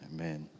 Amen